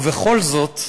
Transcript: ובכל זאת,